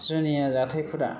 जुनिया जाथायफोरा